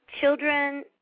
children